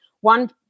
one